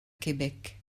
québec